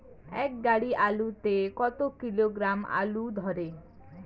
এক গাড়ি আলু তে কত কিলোগ্রাম আলু ধরে?